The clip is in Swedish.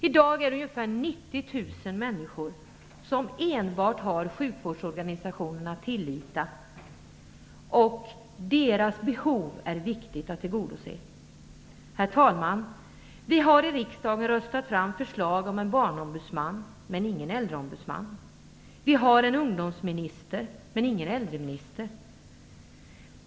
I dag är det ungefär 90 000 människor som enbart har sjukvårdsorganisationerna att lita på. Det är viktigt att tillgodose deras behov. Herr talman! Vi har i riksdagen röstat fram förslag om en barnombudsman, men ingen äldreombudsman. Vi har en ungdomsminister, men ingen äldreminister.